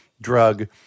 drug